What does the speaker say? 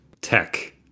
tech